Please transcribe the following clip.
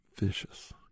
vicious